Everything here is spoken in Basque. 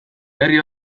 herri